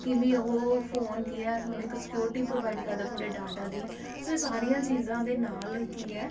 ਕਿਵੇਂ ਓਹ ਫੋਨ ਕੀ ਹੈ ਤੁਹਾਨੂੰ ਇੱਕ ਸਕਿਓਰੀਟੀ ਪਰੋਵਾਇਡ ਕਰਦਾ ਤੁਹਾਡੇ ਡਾਟਾ ਦੀ ਸੋ ਇਹ ਸਾਰੀਆਂ ਚੀਜ਼ਾਂ ਦੇ ਨਾਲ ਕੀ ਹੈ